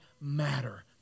matter